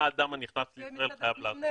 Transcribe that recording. מה האדם הנכנס לישראל חייב לעשות.